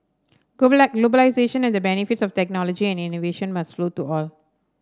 globalisation and the benefits of technology and innovation must flow to all